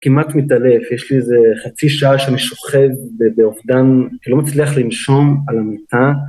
כמעט מתעלף, יש לי איזה חצי שעה שאני שוכב באופדן, לא מצליח לנשום על המיטה.